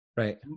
Right